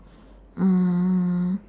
mm